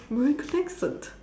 american accent